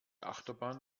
achterbahn